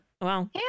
Wow